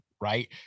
Right